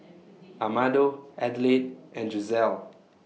Amado Adelaide and Giselle